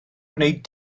gwneud